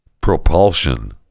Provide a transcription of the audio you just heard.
Propulsion